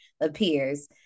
appears